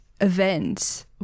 events